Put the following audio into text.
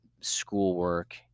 schoolwork